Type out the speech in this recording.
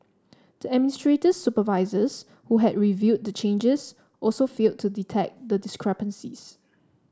the administrator's supervisors who had reviewed the changes also failed to detect the discrepancies